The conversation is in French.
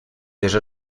déjà